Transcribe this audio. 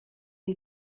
die